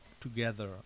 together